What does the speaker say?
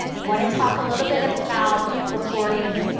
want to talk a little bit about reporting